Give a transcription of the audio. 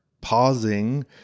pausing